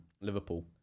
Liverpool